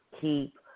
keep